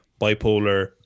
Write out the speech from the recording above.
bipolar